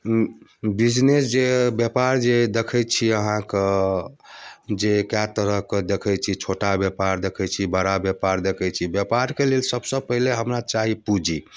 business जे व्यापार जे दखै छियै अहाँक जे कएक तरहके देखै छी जे छोटा व्यापार देखै छी बड़ा व्यापार देखै छी व्यापारके लेल सभसँ पहिले हमरा चाही पूँजी